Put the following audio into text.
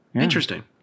interesting